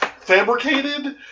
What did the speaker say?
fabricated